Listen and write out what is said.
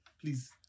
Please